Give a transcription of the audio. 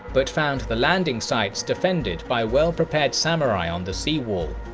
but found the landing sites defended by well-prepared samurai on the sea wall.